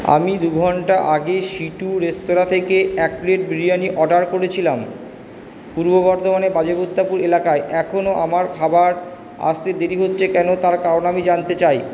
আমি দু ঘন্টা আগে সি টু রেস্তোরাঁ থেকে এক প্লেট বিরিয়ানি অর্ডার করেছিলাম পূর্ব বর্ধমানে বাজেপ্রতাপপুর এলাকায় এখনো আমার খাবার আসতে দেরি হচ্ছে কেন তার কারণ আমি জানতে চাই